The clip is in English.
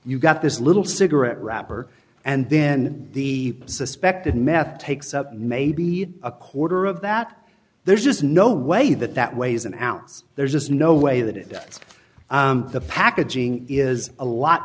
you've got this little cigarette wrapper and then the suspected meth takes up maybe a quarter of that there's just no way that that weighs an ounce there's just no way that it is the packaging is a lot